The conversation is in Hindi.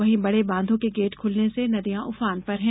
वहीं बढ़े बांधों के गेट खुलने से नदियां उफान पर हैं